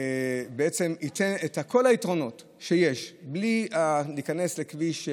הוא ייתן את כל היתרונות שיש בלי להיכנס לכביש רמות,